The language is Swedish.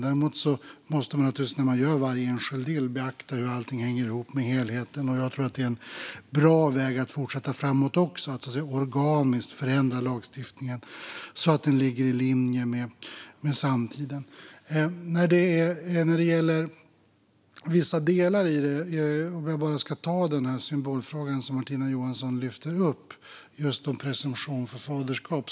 Däremot måste man när man gör varje enskild del beakta hur allting hänger ihop med helheten. Jag tror också att det är en bra väg att fortsätta framåt att organiskt förändra lagstiftningen så att den ligger i linje med samtiden. När det gäller vissa delar kan jag ta upp den symbolfråga som Martina Johansson lyfter om presumtion för faderskap.